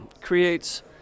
creates